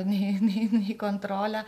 nei nei nei kontrolę